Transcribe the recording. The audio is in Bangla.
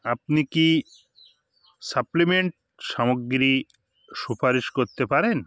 আপনি কি সাপ্লিমেন্ট সামগ্রী সুপারিশ করতে পারেন